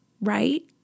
right